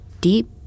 deep